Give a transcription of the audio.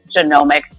genomics